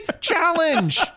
challenge